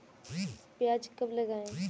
प्याज कब लगाएँ?